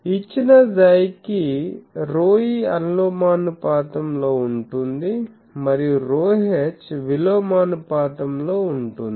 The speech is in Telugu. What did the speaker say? ఇచ్చిన 𝝌 కి ρe అనులోమానుపాతంలో ఉంటుంది మరియు ρh విలోమానుపాతంలో ఉంటుంది